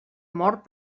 mort